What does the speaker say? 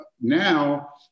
now